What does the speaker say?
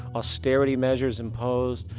austerity measures imposed,